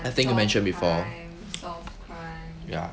I think you mentioned before ya